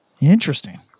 Interesting